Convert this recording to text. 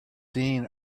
seen